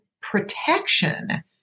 protection